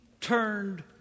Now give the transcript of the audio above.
turned